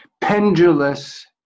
pendulous